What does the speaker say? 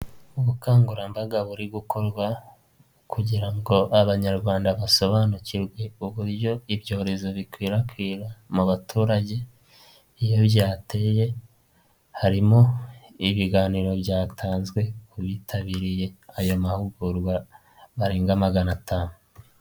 Ubukangurambaga buri gukorwa kugira ngo abanyarwanda basobanukirwe uburyo ibyorezo bikwirakwira mu baturage iyo byateye, harimo ibiganiro byatanzwe ku bitabiriye aya mahugurwa barenga magana atanu.